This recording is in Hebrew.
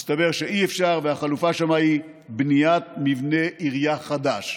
הסתבר שאי-אפשר והחלופה שם היא בניית מבנה עירייה חדש.